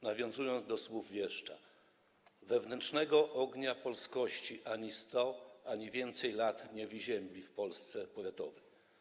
Nawiązując do słów wieszcza - wewnętrznego ognia polskości ani 100, ani więcej lat nie wyziębi w Polsce powiatowej.